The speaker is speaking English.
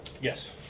Yes